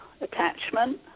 attachment